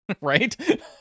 right